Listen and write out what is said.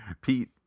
pete